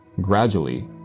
Gradually